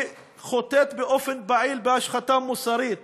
היא חוטאת באופן פעיל בהשחתה מוסרית,